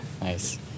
Nice